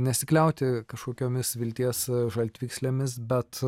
nesikliauti kažkokiomis vilties žaltvykslėmis bet